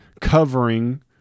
covering